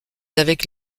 avec